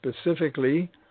specifically